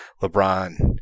lebron